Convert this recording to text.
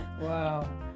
wow